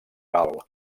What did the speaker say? gal